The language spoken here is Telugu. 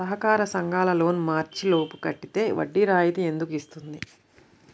సహకార సంఘాల లోన్ మార్చి లోపు కట్టితే వడ్డీ రాయితీ ఎందుకు ఇస్తుంది?